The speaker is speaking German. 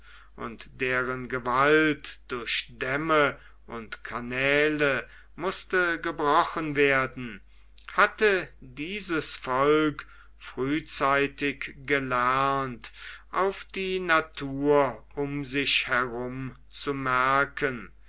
und deren gewalt durch dämme und kanäle mußte gebrochen werden hatte dieses volk frühzeitig gelernt auf die natur um sich her zu merken